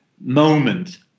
moment